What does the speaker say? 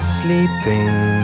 sleeping